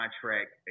contract